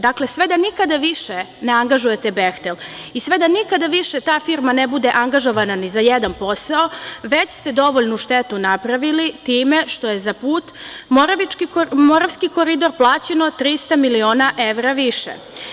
Dakle, sve da nikada više ne angažujete „Behtel“ i sve da nikada više ta firma ne bude angažovana ni za jedan posao, već ste dovoljnu štetu napravili time što je za put Moravski koridor plaćeno 300.000.000 više.